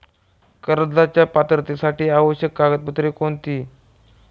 कर्जाच्या पात्रतेसाठी आवश्यक कागदपत्रे कोणती?